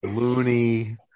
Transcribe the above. Loony